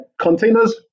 containers